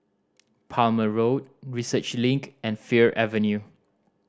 Palmer Road Research Link and Fir Avenue